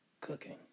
cooking